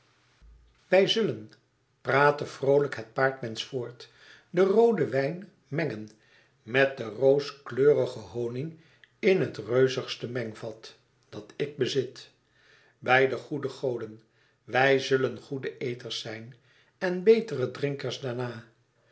wij zullen praatte vroolijk het paardmensch voort den rooden wijn mengen met den rooskleurigen honig in het reuzigste mengvat dat ik bezit bij de goede goden wij zullen goede eters zijn en betere drinkers daarna